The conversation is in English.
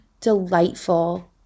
delightful